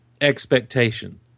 expectation